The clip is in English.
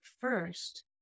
first